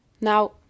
Now